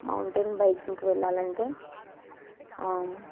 mountain బైకింగ్కి వెళ్ళాలి అంటే